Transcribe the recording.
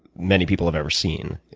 many people have ever seen.